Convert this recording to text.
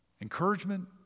encouragement